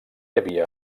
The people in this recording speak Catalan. havia